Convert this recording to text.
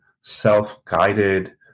self-guided